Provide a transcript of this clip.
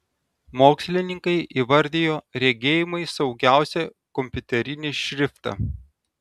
mokslininkai įvardijo regėjimui saugiausią kompiuterinį šriftą